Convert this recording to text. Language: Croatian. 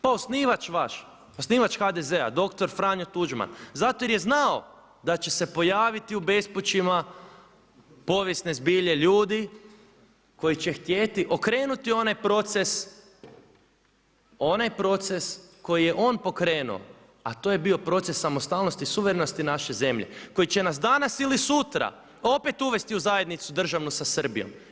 Pa osnivač vaš, osnivač HDZ-a, dr. Franjo Tuđman zato jer je znao da će se pojaviti u bespućima povijesne zbilje ljudi koji će htjeti okrenuti onaj proces, onaj proces koji je on pokrenuo a to je bio proces samostalnosti i suverenosti naše zemlje koji će nas danas ili sutra opet uvesti u zajednicu državnu sa Srbijom.